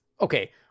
okay